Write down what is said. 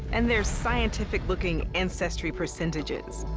and their scientific-looking ancestry percentages?